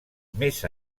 més